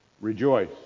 Rejoice